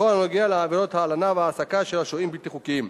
בכל הנוגע לעבירות ההלנה וההעסקה של השוהים הבלתי-חוקיים,